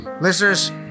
listeners